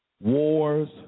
wars